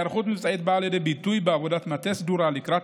2. ההיערכות המבצעית באה לידי ביטוי בעבודת מטה סדורה לקראת